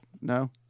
No